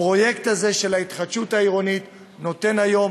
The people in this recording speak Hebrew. הפרויקט הזה של ההתחדשות העירונית נותן היום